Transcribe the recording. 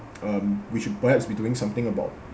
um we should perhaps be doing something about